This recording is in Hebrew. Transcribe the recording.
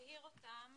אני אבהיר אותם.